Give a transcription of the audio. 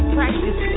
practice